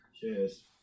Cheers